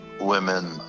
women